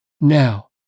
Now